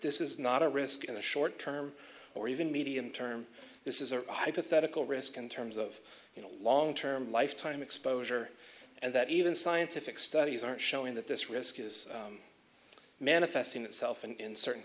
this is not a risk in the short term or even medium term this is a hypothetical risk in terms of you know long term lifetime exposure and that even scientific studies are showing that this risk is manifesting itself and in certain